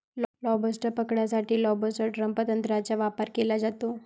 lobster पकडण्यासाठी lobster trap तंत्राचा वापर केला जातो